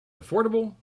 affordable